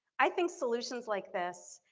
i think solutions like this,